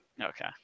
Okay